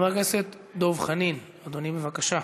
חבר הכנסת דב חנין, אדוני, בבקשה.